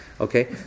Okay